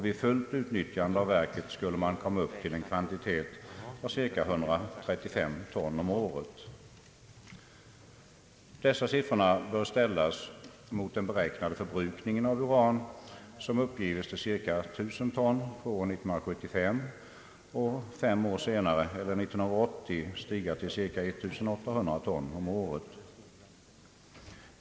Vid fullt utnyttjande av verket skulle man komma upp till en kvantitet av cirka 135 ton om året. Dessa siffror bör ställas mot den beräknade förbrukningen av uran, som uppges bli cirka 1 000 ton år 1975 och fem år senare eller 1980 cirka 1 800 ton om året.